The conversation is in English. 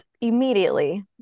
immediately